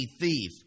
thief